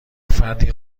فردی